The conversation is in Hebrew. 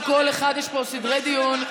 יש פה סדרי דיון.